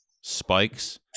spikes